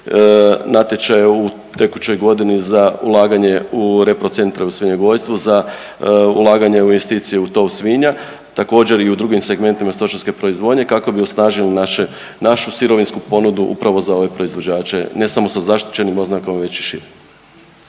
natječaje u tekućoj godini za ulaganje u reprocentre u svinjogojstvu za ulaganje u investicije u tov svinja, također i u drugim segmentima stočarske proizvodnje kako bi osnažili naše, našu sirovinsku ponudu upravo za ove proizvođače ne samo sa zaštićenim oznakama već i šire.